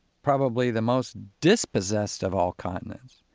probably the most dispossessed of all continents.